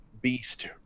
beast